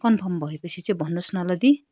confirm भएपछि भन्नुहोस् न ल दी